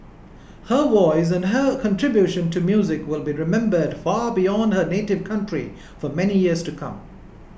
her voice and her contribution to music will be remembered far beyond her native county for many years to come